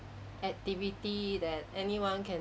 activity that anyone can